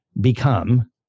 become